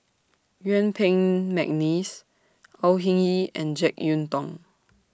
Yuen Peng Mcneice Au Hing Yee and Jek Yeun Thong